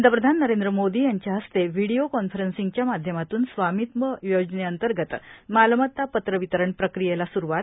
पंतप्रधान नरेंद्र मोदी यांच्या हस्ते व्हिडिओ कॉन्फरंसिंगच्या माध्यमातून स्वामित्व योजनेअंतर्गत मालमत्ता पत्र वितरण प्रक्रियेला सुरुवात